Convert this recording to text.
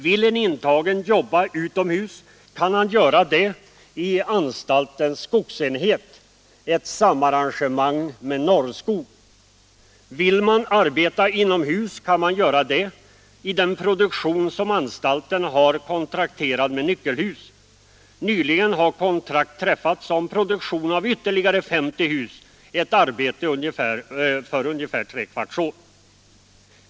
Vill en intagen jobba utomhus, kan han göra det i anstaltens skogsenhet, ett samarrangemang med Norrskog. Vill man arbeta inomhus, kan man göra det i den produktion som anstalten har kontrakterad med Nyckelhus. Nyligen har kontrakt tecknats om produktion av ytterligare 50 hus, ett arbete som räcker för ungefär tre kvarts år.